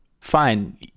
fine